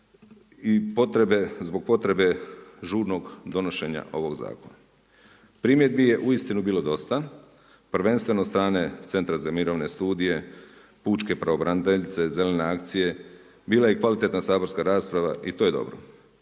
i zbog potrebe žurnog donošenja ovog zakona. Primjedbi je uistinu bilo dosta, prvenstveno od strane Centra za mirovne studije, Pučke pravobraniteljice, Zelene akcije, bila je i kvalitetna saborska rasprava i to je dobro.